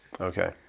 Okay